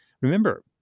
Remember